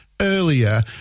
earlier